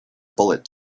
bullet